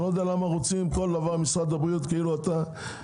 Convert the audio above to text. אני לא יודע למה משרד הבריאות רוצה לסמן כל דבר.